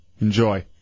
Enjoy